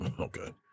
Okay